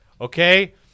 Okay